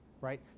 right